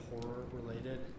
horror-related